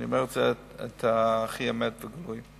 אני אומר את האמת, הכי גלוי.